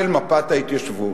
של מפת ההתיישבות,